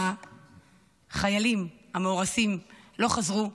החיילים המאורסים לא חזרו,